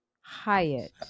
Hyatt